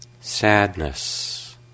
sadness